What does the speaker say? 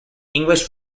english